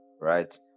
right